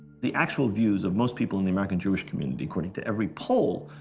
the actual views of most people in the american jewish community, according to every poll,